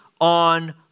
on